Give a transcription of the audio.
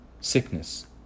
Sickness